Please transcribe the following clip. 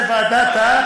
זה ועדת,